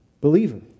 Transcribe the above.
Believer